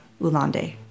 Ulande